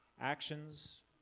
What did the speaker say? actions